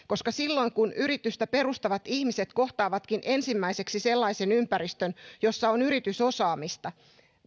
koska silloin kun yritystä perustavat ihmiset kohtaavatkin ensimmäiseksi sellaisen ympäristön jossa on yritysosaamista